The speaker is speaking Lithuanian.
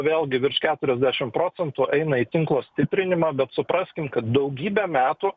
vėlgi virš keturiasdešim procentų eina į tinklo stiprinimą bet supraskim kad daugybę metų